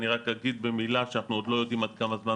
אני רק אגיד במילה שאנחנו עוד לא יודעים כמה זמן